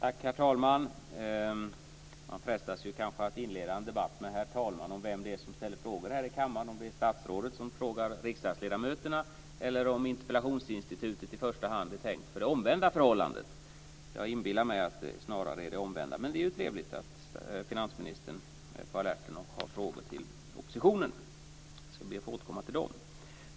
Herr talman! Man frestas att inleda en debatt om vem det är som ställer frågor i kammaren, om det är statsrådet som frågar riksdagsledamöterna eller om interpellationsinstitutet i första hand är tänkt för det omvända förhållandet. Jag inbillar mig att det snarare är det omvända. Men det är trevligt att finansministern är på alerten och har frågor till oppositionen. Jag ska be att få återkomma till dem.